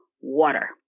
water